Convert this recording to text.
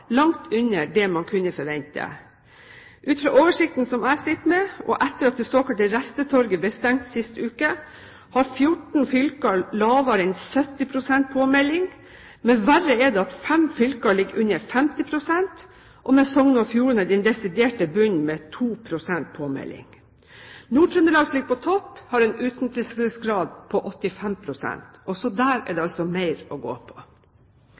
langt under det man kunne forvente. Ut fra den oversikten jeg sitter med etter at det såkalte restetorget ble stengt sist uke, har 14 fylker lavere enn 70 pst. påmelding. Men verre er det at fem fylker ligger under 50 pst., med Sogn og Fjordane desidert på bunnen med 2 pst. påmelding. Nord-Trøndelag, som ligger på topp, har en utnyttelsesgrad på 85 pst. – også der er det mer å gå på.